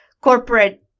corporate